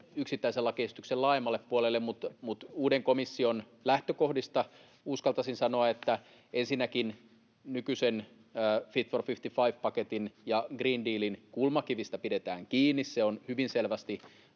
yksittäisen lakiesityksen laajemmalle puolelle, niin uuden komission lähtökohdista uskaltaisin sanoa, että ensinnäkin nykyisen Fit for 55 -paketin ja Green Dealin kulmakivistä pidetään kiinni. Se on hyvin selvästi